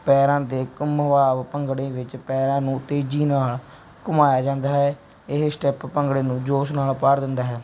ਪੈਰਾਂ ਦੇ ਘੁੰਮਾਵ ਭੰਗੜੇ ਵਿੱਚ ਪੈਰਾਂ ਨੂੰ ਤੇਜ਼ੀ ਨਾਲ ਘੁਮਾਇਆ ਜਾਂਦਾ ਹੈ ਇਹ ਸਟੈਪ ਭੰਗੜੇ ਨੂੰ ਜੋਸ਼ ਨਾਲ ਭਰ ਦਿੰਦਾ ਹੈ